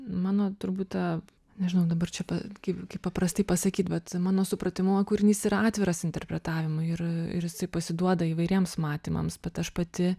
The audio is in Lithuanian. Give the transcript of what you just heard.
mano turbūt ta nežinau dabar čia pa kaip kaip paprastai pasakyt bet mano supratimu kūrinys yra atviras interpretavimui ir ir jisai pasiduoda įvairiems matymams bet aš pati